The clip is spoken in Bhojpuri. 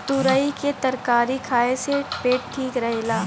तुरई के तरकारी खाए से पेट ठीक रहेला